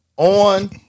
On